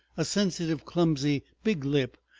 a sensitive, clumsy, big lip,